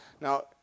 now